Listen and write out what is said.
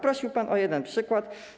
Prosił pan o jeden przykład.